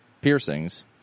piercings